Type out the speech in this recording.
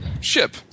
ship